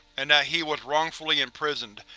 and that he was wrongfully imprisoned,